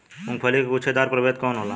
मूँगफली के गुछेदार प्रभेद कौन होला?